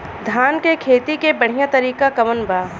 धान के खेती के बढ़ियां तरीका कवन बा?